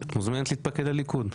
את מוזמנת להתפקד לליכוד.